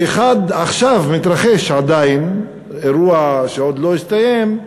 והאחד מתרחש עכשיו, עדיין, אירוע שעוד לא הסתיים,